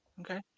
Okay